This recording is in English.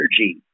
energy